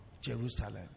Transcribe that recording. Jerusalem